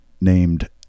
named